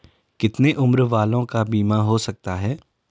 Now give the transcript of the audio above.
कितने उम्र वालों का बीमा हो सकता है?